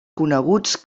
coneguts